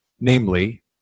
namely